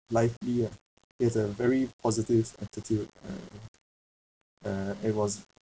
lively lah he has a positive attitude uh uh he was